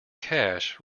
cash